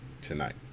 tonight